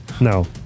No